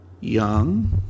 young